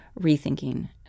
rethinking